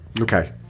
Okay